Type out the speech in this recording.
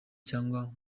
cyangwa